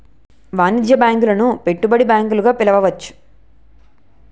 వాణిజ్య బ్యాంకులను పెట్టుబడి బ్యాంకులు గా పిలవచ్చు